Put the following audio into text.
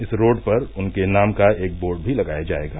इस रोड पर उनके नाम का एक बोर्ड भी लगाया जायेगा